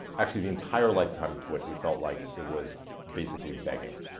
actually the entire lifetime of twitch we felt like it was basically begging.